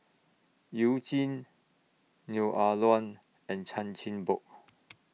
YOU Jin Neo Ah Luan and Chan Chin Bock